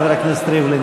חבר הכנסת ריבלין,